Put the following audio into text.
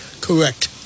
Correct